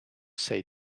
say